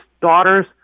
daughter's